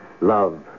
Love